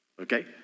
okay